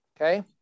okay